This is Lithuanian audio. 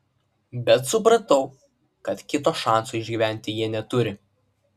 bet supratau kad kito šanso išgyventi jie neturi